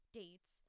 dates